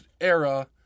era